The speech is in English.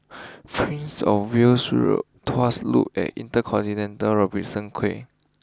Prince of Wales Road Tuas Loop and InterContinental Robertson Quay